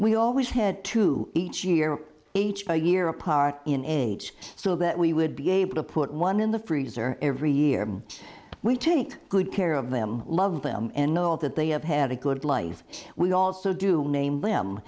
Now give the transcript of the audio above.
we always had two each year each year apart in age so that we would be able to put one in the freezer every year we take good care of them love them and know that they have had a good life we also do name them